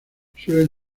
suelen